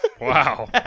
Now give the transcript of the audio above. Wow